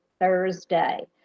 Thursday